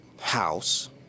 house